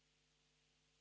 Hvala